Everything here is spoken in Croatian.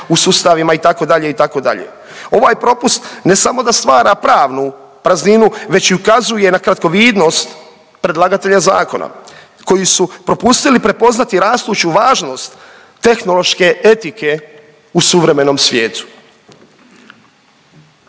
u sustavima itd. itd. Ovaj propust ne samo da stvara pravnu prazninu već i ukazuje na kratkovidnost predlagatelja zakona koji su propustili prepoznati rastuću važnost tehnološke etike u suvremenom svijetu.